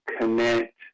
connect